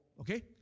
Okay